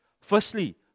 Firstly